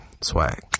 Swag